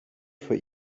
for